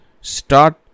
start